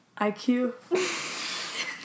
IQ